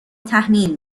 تحمیل